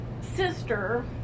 sister